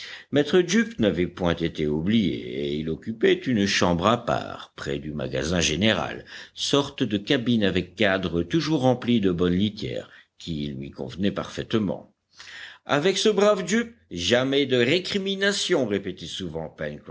maître jup n'avait point été oublié et il occupait une chambre à part près du magasin général sorte de cabine avec cadre toujours rempli de bonne litière qui lui convenait parfaitement avec ce brave jup jamais de récrimination répétait souvent